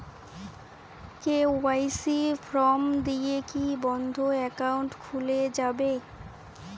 KYC form দিয়ে কি বন্ধ একাউন্ট খুলে যাবে?